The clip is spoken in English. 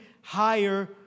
higher